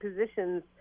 positions